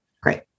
Great